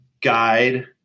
guide